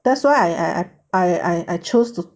that's why I I I I I chose to